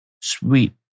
Sweet